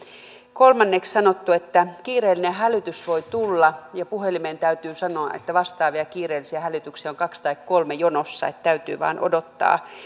kolmanneksi on sanottu että kiireellinen hälytys voi tulla mutta puhelimeen täytyy sanoa että vastaavia kiireellisiä hälytyksiä on kaksi tai kolme jonossa että täytyy vain odottaa